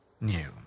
new